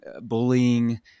bullying